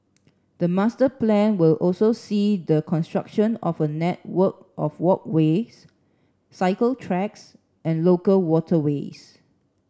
the master plan will also see the construction of a network of walkways cycle tracks and local waterways